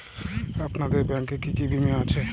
আপনাদের ব্যাংক এ কি কি বীমা আছে?